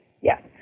yes